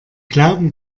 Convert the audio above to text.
glauben